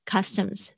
Customs